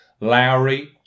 Lowry